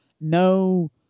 no